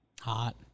Hot